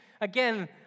again